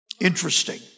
Interesting